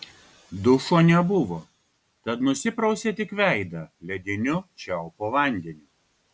dušo nebuvo tad nusiprausė tik veidą lediniu čiaupo vandeniu